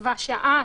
יקבע שעה